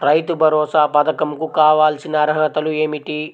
రైతు భరోసా పధకం కు కావాల్సిన అర్హతలు ఏమిటి?